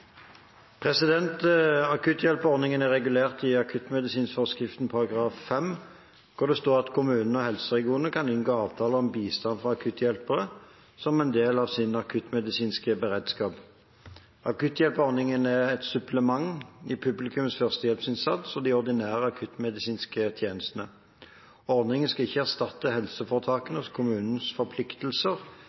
er regulert i akuttmedisinforskriften § 5, der det står at kommunene og de regionale helseforetakene kan inngå avtale om bistand fra akutthjelpere som en del av sin akuttmedisinske beredskap. Akutthjelperordningen er et supplement til publikums førstehjelpsinnsats og de ordinære akuttmedisinske tjenestene. Ordningen skal ikke erstatte helseforetakenes og kommunenes forpliktelser